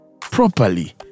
properly